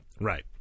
Right